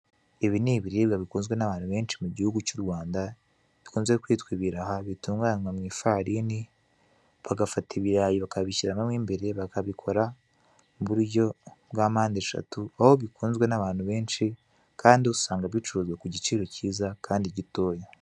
Ibi ni ibiribwa bikunzwe n'abantu benshi mu gihugu cy'u Rwanda, bikunze kwitwa ibiraha, bitunganywa mu ifarini, bagafata ibirayi bakabishyira mo imbere, bakabikora mu buryo bwa mpande eshatu, aho bikunzwe n'abantu benshi kandi usanga bicuruzwa ku giciro cyiza kandi gitoya.